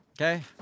Okay